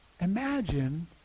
imagine